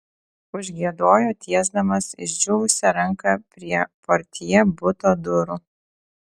užgiedojo tiesdamas išdžiūvusią ranką prie portjė buto durų